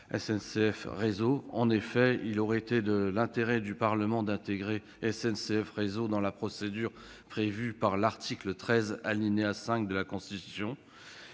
SNCF Réseau. En effet, il aurait été de l'intérêt du Parlement d'intégrer SNCF Réseau dans la procédure prévue par l'article 13, alinéa 5, de la Constitution.